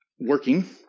working